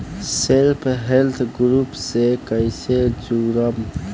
Self help group से कइसे जुड़म?